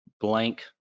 blank